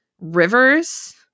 rivers